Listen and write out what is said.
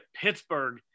Pittsburgh